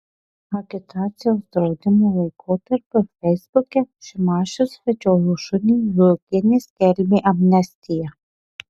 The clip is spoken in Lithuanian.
agitacijos draudimo laikotarpiu feisbuke šimašius vedžiojo šunį zuokienė skelbė amnestiją